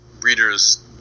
readers